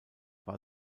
war